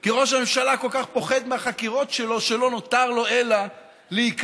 כי ראש הממשלה כל כך פוחד מהחקירות שלו שלא נותר לו אלא להיכנע,